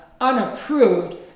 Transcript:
unapproved